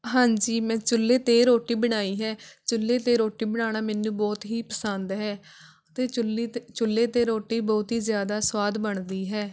ਹਾਂਜੀ ਮੈਂ ਚੁਲ੍ਹੇ 'ਤੇ ਰੋਟੀ ਬਣਾਈ ਹੈ ਚੁਲ੍ਹੇ 'ਤੇ ਰੋਟੀ ਬਣਾਉਣਾ ਮੈਨੂੰ ਬਹੁਤ ਹੀ ਪਸੰਦ ਹੈ ਅਤੇ ਚੁਲ੍ਹੇ 'ਤੇ ਚੁਲ੍ਹੇ 'ਤੇ ਰੋਟੀ ਬਹੁਤ ਹੀ ਜ਼ਿਆਦਾ ਸੁਆਦ ਬਣਦੀ ਹੈ